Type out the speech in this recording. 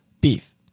beef